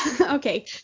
Okay